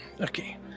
okay